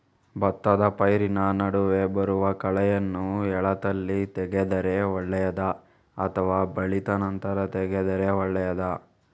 ಭತ್ತದ ಪೈರಿನ ನಡುವೆ ಬರುವ ಕಳೆಯನ್ನು ಎಳತ್ತಲ್ಲಿ ತೆಗೆದರೆ ಒಳ್ಳೆಯದಾ ಅಥವಾ ಬಲಿತ ನಂತರ ತೆಗೆದರೆ ಒಳ್ಳೆಯದಾ?